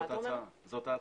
זאת ההצעה.